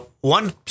One